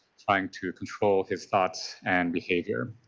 trying to control his thoughts and behavior.